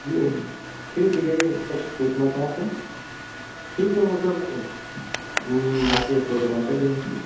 जी ठीक यही मतलब पूछना था हमको ठीक तो वे सब हम लाकर इसको जमा कर देंगे